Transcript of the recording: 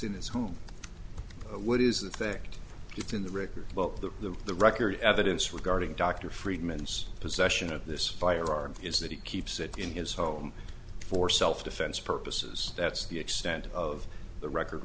in his home what is the fact it's in the record well the the the record evidence regarding dr friedman's possession of this firearm is that he keeps it in his home for self defense purposes that's the extent of the record